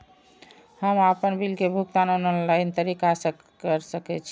हम आपन बिल के भुगतान ऑनलाइन तरीका से कर सके छी?